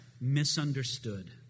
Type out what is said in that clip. misunderstood